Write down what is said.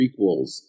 prequels